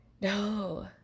No